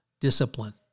discipline